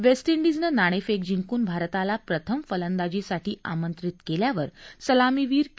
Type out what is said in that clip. waste इंडिजनं नाणेफेक जिंकून भारताला प्रथम फलंदाजीसाठी आमंत्रित केल्यावर सलामीवीर के